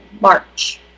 March